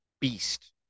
beast